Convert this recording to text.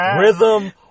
rhythm